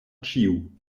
ĉiu